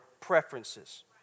preferences